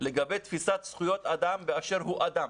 לגבי תפיסת זכויות אדם באשר הוא אדם.